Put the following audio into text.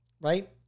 right